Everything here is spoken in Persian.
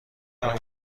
های